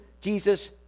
Jesus